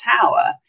tower